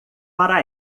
para